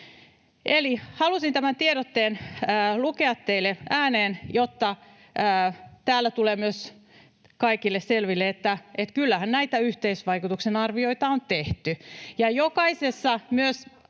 Halusin tämän tiedotteen lukea teille ääneen, jotta täällä tulee myös kaikille selville, että kyllähän näitä yhteisvaikutusten arvioita on tehty.